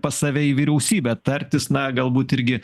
pas save į vyriausybę tartis na galbūt irgi